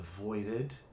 avoided